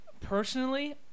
Personally